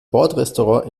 bordrestaurant